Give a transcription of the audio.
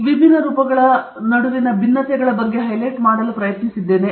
ಈ ವಿಭಿನ್ನ ರೂಪಗಳ ನಡುವಿನ ಭಿನ್ನತೆಗಳ ಬಗ್ಗೆ ಹೈಲೈಟ್ ಮಾಡಲು ಪ್ರಯತ್ನಿಸಿದ್ದೇನೆ